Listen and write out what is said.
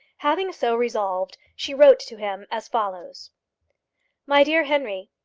having so resolved, she wrote to him as follows my dear henry,